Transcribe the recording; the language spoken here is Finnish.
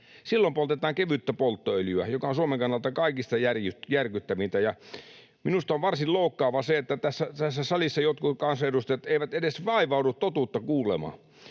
Silloin poltetaan kevyttä polttoöljyä, mikä on Suomen kannalta kaikista järkyttävintä. Minusta on varsin loukkaavaa se, että tässä salissa jotkut kansanedustajat eivät edes vaivaudu totuutta kuulemaan.